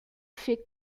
fait